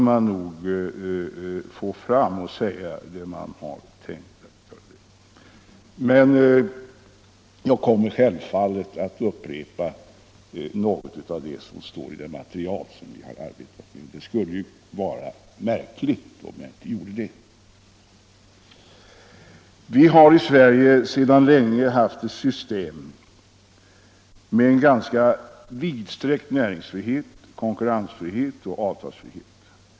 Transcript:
Jag kommer också självfallet att upprepa något av vad som står i det material som vi har arbetat med — det skulle ju vara märkligt om jag inte gjorde det. Vi har i Sverige sedan länge haft ett system med en ganska vidsträckt näringsfrihet, konkurrensfrihet och avtalsfrihet.